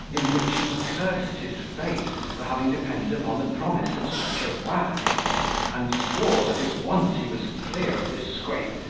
in which he cursed his fate for having depended upon the promise of such a wag and swore, that if once he was clear of this scrape,